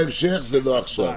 לא עכשיו, בהמשך.